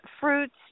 fruits